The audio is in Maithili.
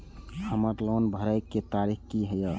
हमर लोन भरए के तारीख की ये?